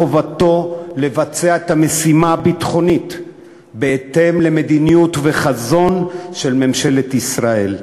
מחובתו לבצע את המשימה הביטחונית בהתאם למדיניות ולחזון של ממשלת ישראל.